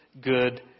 good